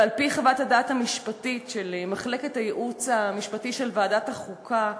ועל-פי חוות הדעת המשפטית של מחלקת הייעוץ המשפטי של ועדת החוקה,